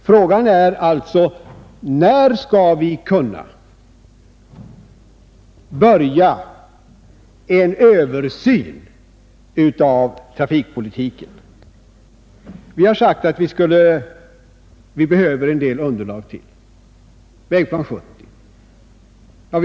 Frågan är alltså när vi skall kunna börja en översyn av trafikpolitiken. Vi har sagt att det behövs ytterligare en del underlag, t.ex. Vägplan 70.